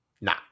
nah